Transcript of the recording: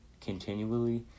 continually